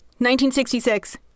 1966